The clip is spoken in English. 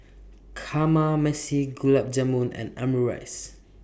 Kamameshi Gulab Jamun and Omurice